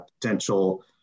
potential